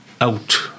out